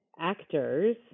actors